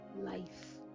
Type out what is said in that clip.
life